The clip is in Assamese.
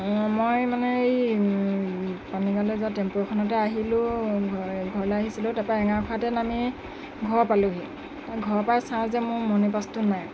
অঁ মই মানে এই পানীগাঁৱলৈ যোৱা টেম্পু এখনতে আহিলোঁ ঘৰলৈ আহিছিলোঁ তাৰপৰা এঙাৰখোৱাতে নামি ঘৰ পালোহি ঘৰ পাই চাওঁ যে মোৰ মণি পাৰ্চটো নাই